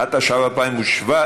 התשע"ח 2017,